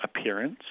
appearance